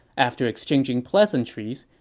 after exchanging pleasantries,